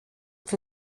für